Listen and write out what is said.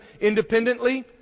independently